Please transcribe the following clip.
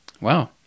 wow